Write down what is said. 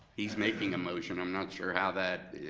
he's making a motion, i'm not sure how that,